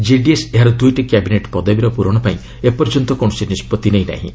JDS ଏହାର ଦୁଇଟି cabinet ପଦବୀର ପୂରଣ ପାଇଁ ଏପର୍ଯ୍ୟନ୍ତ କୌଣସି ନିଷ୍ପଭି ନେଇନାହିଁ